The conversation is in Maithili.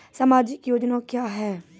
समाजिक योजना क्या हैं?